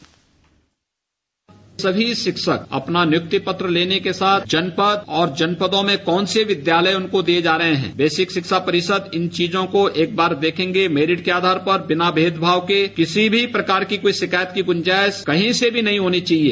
bite सभी शिक्षक अपना नियुक्ति पत्र लेने के साथ जनपद और जनपदों में कौन से विद्यालय उनको दिये जा रहे है बेसिक शिक्षा परिषद इन चीजों को एकबार देखेंगे मेरिट के आधार बिना भेदभाव के किसी भी प्रकार की कोई शिकायत की गुंजाइश कही से भी नहीं होनी चाहिये